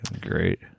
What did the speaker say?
great